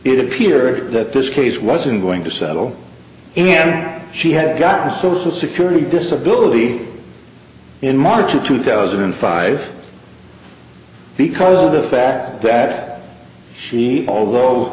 it appeared that this case wasn't going to settle and she had gotten social security disability in march of two thousand and five because of the fact that she although